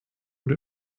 what